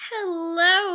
Hello